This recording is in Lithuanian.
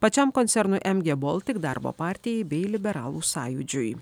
pačiam koncernui mg baltic darbo partijai bei liberalų sąjūdžiui